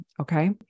Okay